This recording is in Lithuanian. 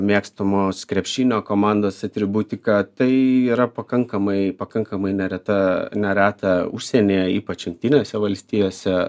mėgstamos krepšinio komandos atributika tai yra pakankamai pakankamai nereta nereta užsienyje ypač jungtinėse valstijose